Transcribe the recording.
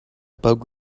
bug